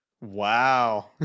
Wow